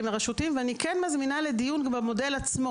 הרשותיים ואני כן מזמינה גם לדיון על המודל עצמו